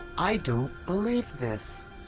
i don't believe this.